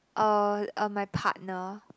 uh uh my partner